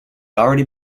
already